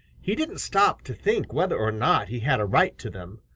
he didn't stop to think whether or not he had a right to them.